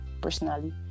personally